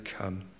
come